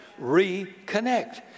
Reconnect